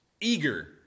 Eager